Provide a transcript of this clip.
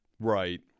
Right